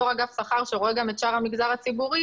בתור אגף שכר שרואה גם את שאר המגזר הציבורי,